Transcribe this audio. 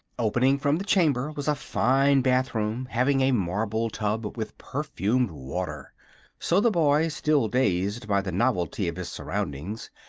opening from the chamber was a fine bath-room having a marble tub with perfumed water so the boy, still dazed by the novelty of his surroundings,